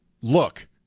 look